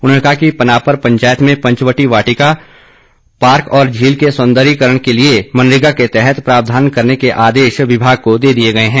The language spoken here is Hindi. उन्होंने कहा कि पनापर पंचायत में पंचवटी वाटिका पार्क और झील के सौंदर्यीकरण के लिये मनरेगा के तहत प्रावधान करने के आदेश विभाग को दे दिए गये हैं